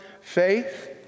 Faith